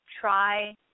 try